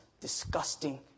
disgusting